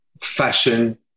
fashion